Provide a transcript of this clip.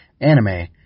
anime